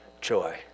joy